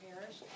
parish